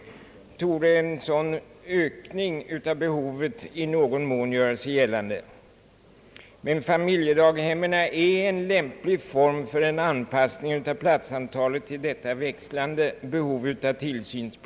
Där torde en viss ökning av barntillsynsbehovet göra sig gällande. Men familjedaghemmen är en lämplig form för anpassning av platsantalet till detta växlande behov av tillsyn.